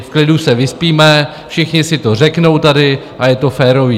V klidu se vyspíme, všichni si to řeknou tady a je to férové.